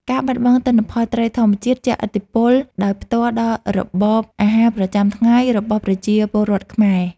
ការបាត់បង់ទិន្នផលត្រីធម្មជាតិជះឥទ្ធិពលដោយផ្ទាល់ដល់របបអាហារប្រចាំថ្ងៃរបស់ប្រជាពលរដ្ឋខ្មែរ។